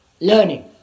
learning